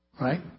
Right